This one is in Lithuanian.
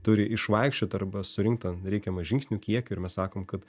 turi išvaikščiot arba surinkt ten reikiamą žingsnių kiekį ir mes sakom kad